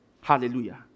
Hallelujah